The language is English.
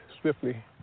swiftly